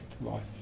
life